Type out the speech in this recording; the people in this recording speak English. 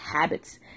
habits